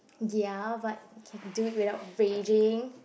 ya but can do it without raging